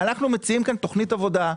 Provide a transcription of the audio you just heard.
ואנחנו מציעים תוכנית עבודה.